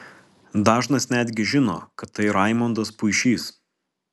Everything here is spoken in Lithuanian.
dažnas netgi žino kad tai raimondas puišys